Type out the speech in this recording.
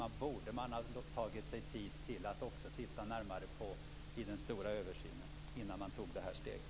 Det borde man ha tagit sig tid att också titta närmare på i den stora översynen innan man tog det här steget.